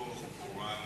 ושולפים אותו החוצה,